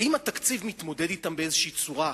האם התקציב מתמודד אתן באיזו צורה?